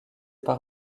par